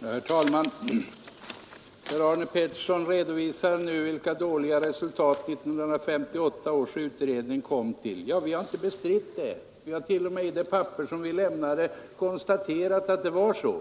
Herr talman! Herr Arne Pettersson redovisade vilka dåliga resultat 1958 års utredning kom till. Ja, vi har inte bestritt det. Vi har t.o.m. själva konstaterat att det var så.